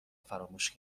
فراموش